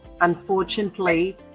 unfortunately